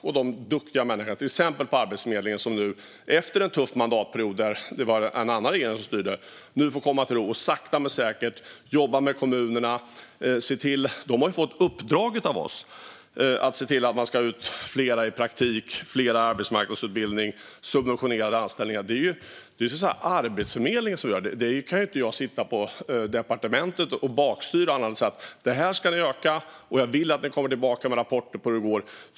Och de duktiga människorna, till exempel på Arbetsförmedlingen, får nu efter en tuff mandatperiod, då det var en annan regering som styrde, komma till ro och sakta men säkert jobba med kommunerna. De har ju fått i uppdrag av oss att se till att fler kommer ut i praktik, arbetsmarknadsutbildningar och subventionerade anställningar. Det är, så att säga, Arbetsförmedlingen som gör detta. Jag kan inte sitta på departementet och styra annat än genom att säga: Det här ska ni öka, och jag vill att ni kommer tillbaka med rapporter om hur det går.